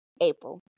April